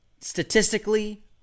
Statistically